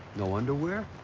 no underwear?